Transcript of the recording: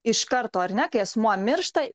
iš karto ar ne kai asmuo miršta